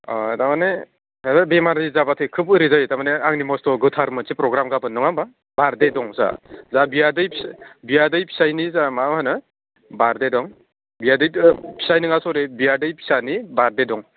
ओह थारमाने खायफा बेमारि जाबाथाय खोब ओरै जायो थारमाने आंनि मस्थ' गोथार मोनसे प्रग्राम गाबोन नङा होमबा बारडे दं जोंहा दा बियादै बियादै फिसायनि जोंहा मा होनो बारडे दं बियादै द' फिसाय नङा सरि बियादै फिसानि बारडे दं